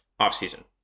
offseason